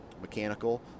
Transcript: mechanical